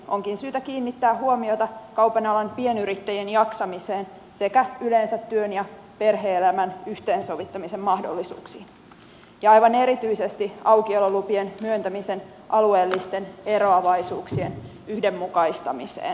onkin syytä kiinnittää huomiota kaupan alan pienyrittäjien jaksamiseen sekä yleensä työn ja perhe elämän yhteensovittamisen mahdollisuuksiin ja aivan erityisesti aukiololupien myöntämisen alueellisten eroavaisuuksien yhdenmukaistamiseen